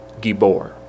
Gibor